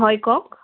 হয় কওক